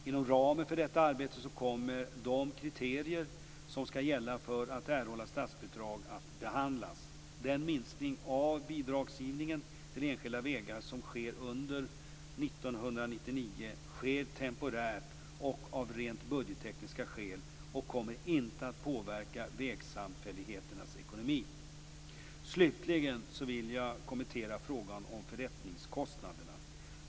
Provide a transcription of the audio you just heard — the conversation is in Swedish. Inom ramen för detta arbete kommer de kriterier som skall gälla för att erhålla statsbidrag att behandlas. Den minskning av bidragsgivningen till enskilda vägar som sker under 1999, sker temporärt och av rent budgettekniska skäl. Den kommer inte att påverka vägsamfälligheternas ekonomi. Slutligen vill jag kommentera frågan om förrättningskostnader.